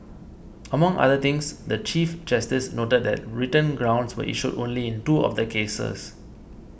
among other things the Chief Justice noted that written grounds were issued only in two of the cases